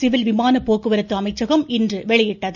civil விமான போக்குவரத்து அமைச்சகம் இன்று வெளியிட்டது